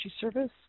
service